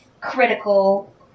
critical